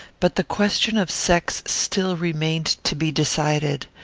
but the question of sex still remained to be decided.